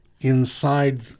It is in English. inside